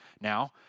Now